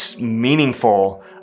meaningful